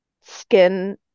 skin